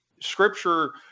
scripture